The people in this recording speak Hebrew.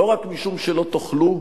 לא רק משום שלא תוכלו,